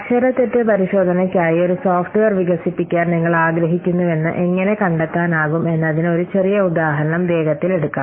അക്ഷരത്തെറ്റ് പരിശോധനയ്ക്കായി ഒരു സോഫ്റ്റ്വെയർ വികസിപ്പിക്കാൻ നിങ്ങൾ ആഗ്രഹിക്കുന്നുവെന്ന് എങ്ങനെ കണ്ടെത്താനാകും എന്നതിന് ഒരു ചെറിയ ഉദാഹരണം വേഗത്തിൽ എടുക്കാം